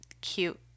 cute